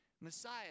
Messiah